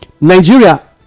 Nigeria